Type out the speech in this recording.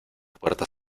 puerta